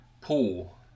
Pool